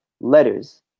letters